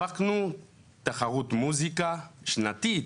הפקנו תחרות מוזיקה שנתית,